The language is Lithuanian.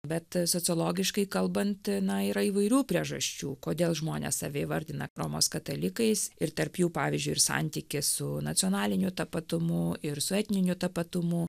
bet sociologiškai kalbant na yra įvairių priežasčių kodėl žmonės save įvardina romos katalikais ir tarp jų pavyzdžiui ir santykį su nacionaliniu tapatumu ir su etniniu tapatumu